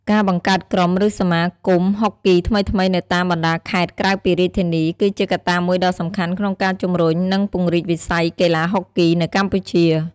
ការបង្កើតក្រុម ឬសមាគមហុកគីថ្មីៗនៅតាមបណ្ដាខេត្តក្រៅពីរាជធានី គឺជាកត្តាមួយដ៏សំខាន់ក្នុងការជំរុញ និងពង្រីកវិស័យកីឡាហុកគីនៅកម្ពុជា។